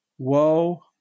Woe